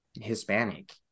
Hispanic